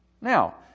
Now